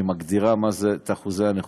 שמגדיר את אחוזי הנכות,